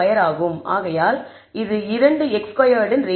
ஆகையால் இது இரண்டு x ஸ்கொயர்ட் இன் ரேஷியோ